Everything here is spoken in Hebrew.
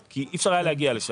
כי אי-אפשר היה להגיע אליהם.